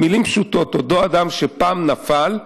במילים פשוטות, אותו אדם שפעם נפל,